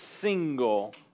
single